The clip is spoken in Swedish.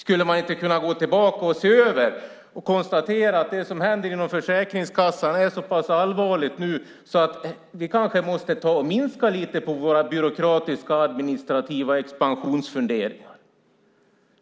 Skulle man inte kunna gå tillbaka för att se över och konstatera att det som händer inom Försäkringskassan är så pass allvarligt att man kanske måste minska lite på de byråkratiska, administrativa expansionsfunderingarna.